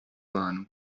mano